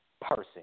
person